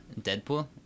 Deadpool